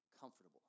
comfortable